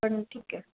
पण ठीक आहे